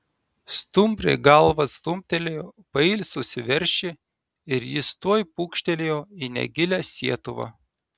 stumbrė galva stumtelėjo pailsusį veršį ir jis tuoj pūkštelėjo į negilią sietuvą